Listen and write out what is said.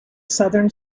southern